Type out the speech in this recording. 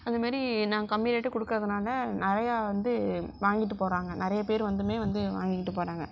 அதே மாதிரி நாங்கள் கம்மி ரேட்டுக்கு கொடுக்குறதுனால நிறையா வந்து வாங்கிட்டு போகிறாங்க நிறைய பேர் வந்துமே வந்து வாங்கிக்கிட்டு போகிறாங்க